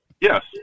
Yes